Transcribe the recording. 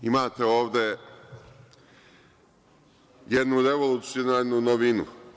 Imate ovde jednu revolucionarnu novinu.